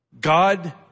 God